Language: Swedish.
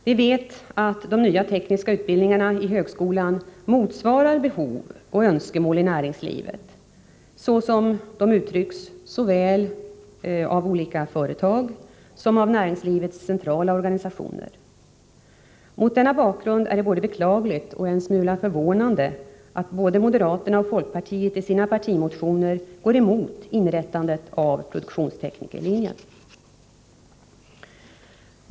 Vi vet att de nya tekniska utbildningarna i högskolan motsvarar önskemål och behov i näringslivet, så som de uttrycks såväl av olika företag som av näringslivets centrala organisationer. Mot denna bakgrund är det både beklagligt och en smula förvånande att både moderaterna och folkpartiet i sina partimotioner går emot inrättandet av produktionsteknikerlinjen.